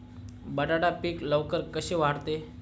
बटाटा पीक लवकर कसे वाढते?